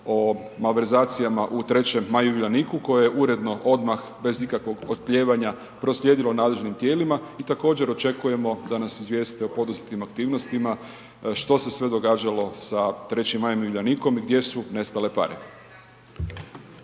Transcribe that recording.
o malverzacijama u 3. Maju i Uljaniku koja je uredno odmah, bez ikakvog oklijevanja proslijedilo nadležnim tijelima i također očekujemo da nas izvijeste o poduzetim aktivnostima što se sve događalo sa 3. Majom i Uljanikom i gdje su nestale pare.